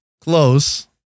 Close